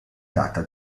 data